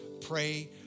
pray